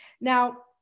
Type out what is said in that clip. Now